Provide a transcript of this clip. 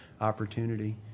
opportunity